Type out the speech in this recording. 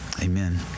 Amen